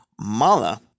Mala